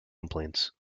complaints